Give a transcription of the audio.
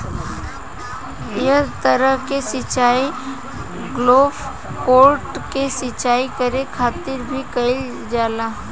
एह तरह के सिचाई गोल्फ कोर्ट के सिंचाई करे खातिर भी कईल जाला